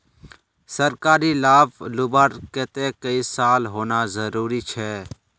सरकारी लाभ लुबार केते कई साल होना जरूरी छे?